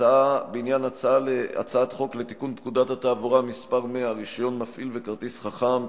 הצעת חוק לתיקון פקודת התעבורה (מס' 100) (רשיון מפעיל וכרטיס חכם),